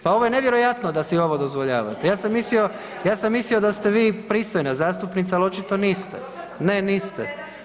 Pa ovo je nevjerojatno da si ovo dozvoljavate, ja sam mislio, ja sam mislio da ste vi pristojna zastupnica, ali očito niste, ne niste.